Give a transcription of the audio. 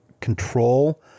control